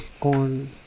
on